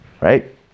right